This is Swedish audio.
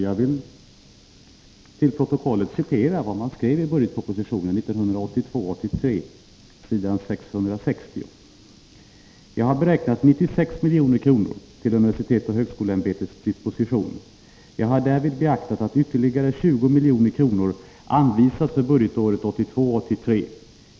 Jag vill till protokollet citera vad man skrev i budgetpropositionen 1982 84). Jag har därvid beaktat att ytterligare 20 milj.kr. anvisats för budgetåret 1982 83:50).